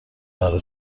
برا